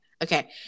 okay